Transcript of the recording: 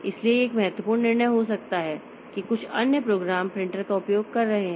इसलिए यह एक महत्वपूर्ण निर्णय हो सकता है कुछ अन्य प्रोग्राम प्रिंटर का उपयोग कर रहे हैं